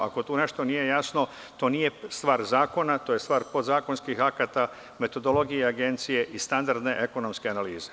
Ako tu nešto nije jasno, to nije stvar zakona, to je stvar podzakonskih akata, metodologije Agencije i standardne ekonomske analize.